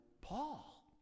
Paul